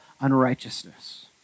unrighteousness